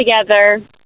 together